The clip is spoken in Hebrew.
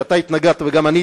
שאתה התנגדת לה וגם אני,